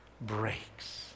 breaks